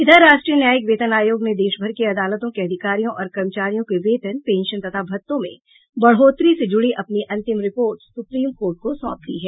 इधर राष्ट्रीय न्यायिक वेतन आयोग ने देशभर की अदालतों के अधिकारियों और कर्मचारियों के वेतन पेंशन तथा भत्तों में बढ़ोतरी से जुड़ी अपनी अंतिम रिपोर्ट सुप्रीम कोर्ट को सौंप दी है